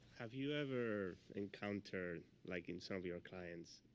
have you ever encountered like in some of your clients